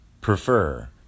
prefer